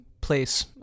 place